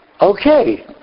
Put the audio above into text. Okay